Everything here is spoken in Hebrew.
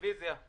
רוויזיה.